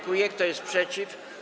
Kto jest przeciw?